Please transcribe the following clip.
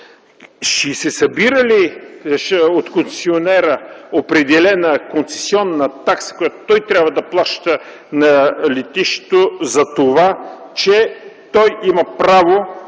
Ще се събира ли от концесионера определена концесионна такса, която той трябва да плаща на летището за това, че той има право